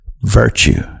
Virtue